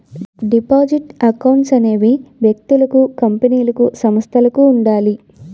deposit accounts అనేవి వ్యక్తులకు కంపెనీలకు సంస్థలకు ఉండాలి